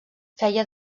feia